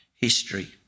history